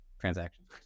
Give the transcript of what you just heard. transactions